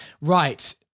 Right